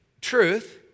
truth